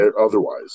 otherwise